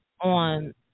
On